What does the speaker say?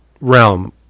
realm